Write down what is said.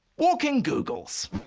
walking googles.